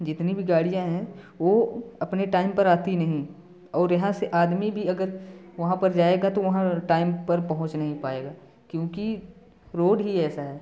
जितनी भी गाडियाँ है वो अपने टाइम पर आती नहीं और यहाँ से आदमी भी अगर वहाँ पर जाएगा तो वहाँ टाइम पर पहुँच नहीं पाएगा क्योंकि रोड ही ऐसा है